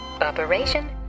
Operation